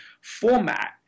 format